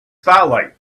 starlight